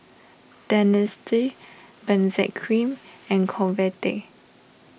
Dentiste Benzac Cream and Convatec